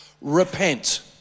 repent